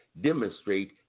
demonstrate